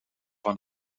van